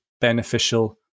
beneficial